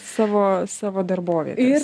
savo saves darbovietes